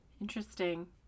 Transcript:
Interesting